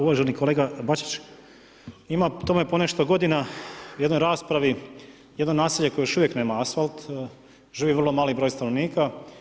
Uvaženi kolega Bačić ima tome ponešto godina u jednoj raspravi jedno naselje koje još uvijek nema asfalt živi vrlo mali broj stanovnika.